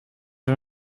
are